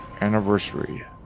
anniversary